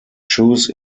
shoes